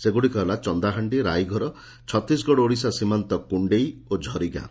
ସେଗୁଡ଼ିକ ହେଲା ଚନ୍ଦାହାଣ୍ଡି ରାଇଘର ଛତିଶଗଡ଼ ଓଡ଼ିଶା ସୀମାନ୍ତ କୁଣେଇ ଓ ଝରିଗାଁ